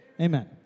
Amen